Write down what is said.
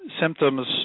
symptoms